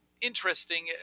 interesting